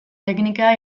teknika